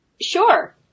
sure